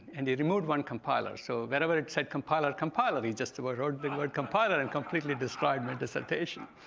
and they removed one compiler. so wherever it said compiler compiler, they just overrode the word compiler and completely destroyed my dissertation.